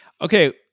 Okay